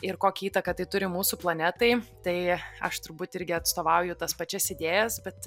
ir kokią įtaką tai turi mūsų planetai tai aš turbūt irgi atstovauju tas pačias idėjas bet